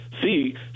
see